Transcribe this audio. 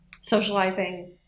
socializing